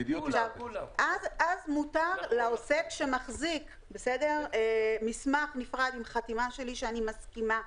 אז מותר לעוסק שמחזיק מסמך נפרד עם חתימה שלי שאני מסכימה.